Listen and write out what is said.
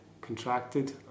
contracted